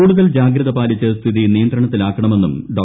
കൂടുതൽ ജാഗ്രത പാലിച്ച് സ്ഥിതി നിയന്ത്രണത്തിലാക്കണമെന്നും ഡോ